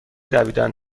دویدن